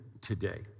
today